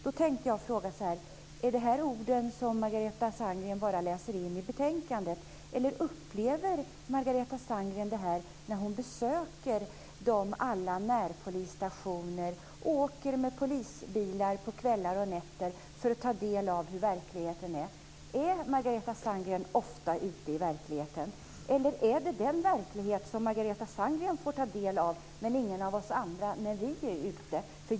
Då tänkte jag fråga: Är det här ord som Margareta Sandgren bara läser in i protokollet, eller upplever Margareta Sandgren det här när hon besöker närpolisstationer och åker med polisbilar på kvällar och nätter för att ta del av hur verkligheten är? Är Margareta Sandgren ofta ute i verkligheten, eller är det en verklighet som Margareta Sandgren får ta del av men ingen av oss andra när vi är ute?